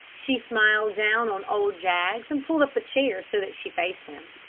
she smiled down on old jaggs, and pulled up a chair so that she faced him.